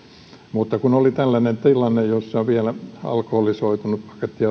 kun oli tällainen tilanne jossa alkoholisoitunut pakettiautonkuljettaja